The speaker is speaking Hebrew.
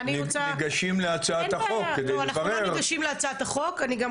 ניגשים להצעת החוק כדי לברר --- לא,